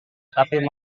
tapi